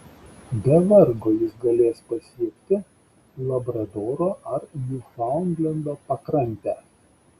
be vargo jis galės pasiekti labradoro ar niufaundlendo pakrantę